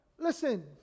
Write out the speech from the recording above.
Listen